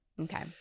Okay